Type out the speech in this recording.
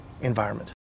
environment